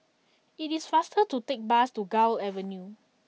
it is faster to take bus to Gul Avenue